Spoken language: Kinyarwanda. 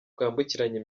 bwambukiranya